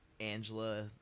Angela